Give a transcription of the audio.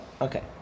okay